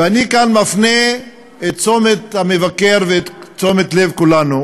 ואני כאן מפנה את תשומת לב המבקר ותשומת לב כולנו